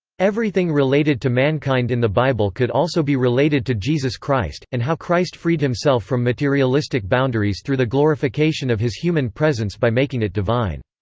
everything related to mankind in the bible could also be related to jesus christ, and how christ freed himself from materialistic boundaries through the glorification of his human presence by making it divine.